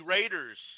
Raiders